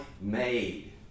made